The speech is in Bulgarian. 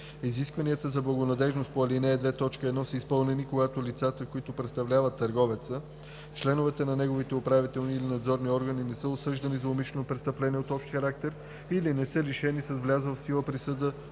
Изискванията за благонадеждност по ал. 2, т. 1 са изпълнени, когато лицата, които представляват търговеца, членовете на неговите управителни и надзорни органи не са осъждани за умишлено престъпление от общ характер или не са лишени с влязла в сила присъда